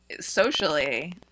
socially